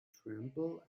tremble